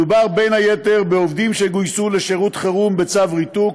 מדובר בין היתר בעובדים שגויסו לשירות חירום בצו ריתוק,